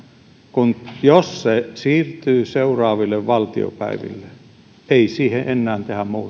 jos se siirtyy seuraaville valtiopäiville eikä siihen enää tehdä muutoksia